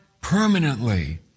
permanently